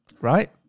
right